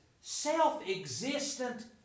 self-existent